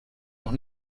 noch